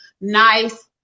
nice